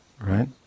right